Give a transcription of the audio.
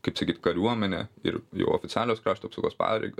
kaip sakyt kariuomenė ir jau oficialios krašto apsaugos pareigo